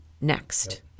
next